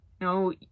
No